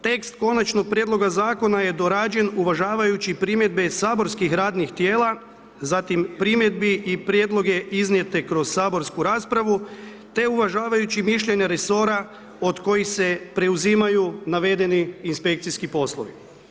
Tekst Konačnog prijedloga Zakona je dorađen uvažavajući primjedbe saborskih radnih tijela, zatim primjedbi i prijedloge iznijete kroz saborsku raspravu, te uvažavajući mišljenja resora od kojih se preuzimaju navedeni inspekcijski poslovi.